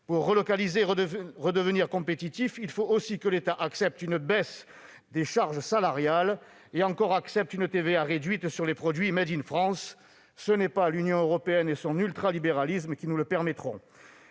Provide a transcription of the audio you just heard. Pour relocaliser et redevenir compétitif, il faut aussi que l'État accepte une baisse des charges salariales, mais aussi une TVA réduite sur les produits « Made in France ». Ce n'est pas l'Union européenne et son ultralibéralisme qui nous le permettront.